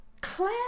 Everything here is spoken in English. claire